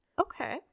Okay